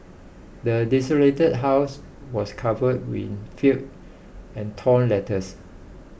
the desolated house was covered in filth and torn letters